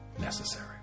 necessary